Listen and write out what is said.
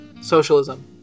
Socialism